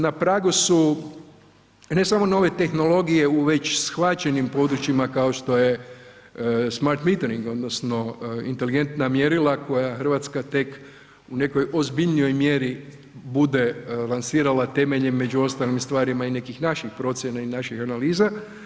Na pragu su ne samo nove tehnologije u već shvaćenim područjima kao što je smart metering odnosno inteligentna mjerila koja Hrvatska tek u nekoj ozbiljnoj mjeri bude lansirala temeljem među ostalim stvarima i nekih naših procjena i naših analiza.